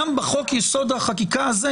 גם בחוק יסוד: החקיקה הזה,